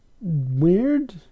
weird